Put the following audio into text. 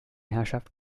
herrschaft